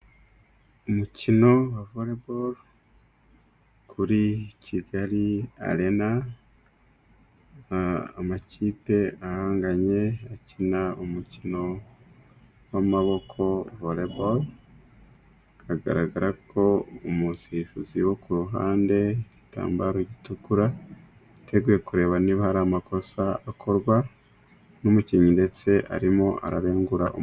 Umukino wa vore boro, kuri kigali arena amakipe ahanganye akina umukino w'amaboko vore boro, agaragara ko umusifuzi wo ku ruhande igitambaro gitukura, yiteguye kureba niba hari amakosa akorwa n'umukinnyi ndetse arimo ara regurara.